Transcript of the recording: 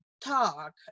talk